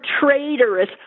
traitorous